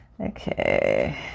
Okay